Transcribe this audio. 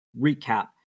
recap